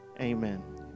amen